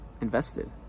invested